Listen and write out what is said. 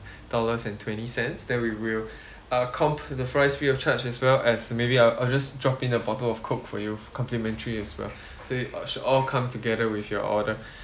dollars and twenty cents then we will uh the fries free of charge as well as maybe I'll I'll just drop in a bottle of coke for you complimentary as well all come together with your order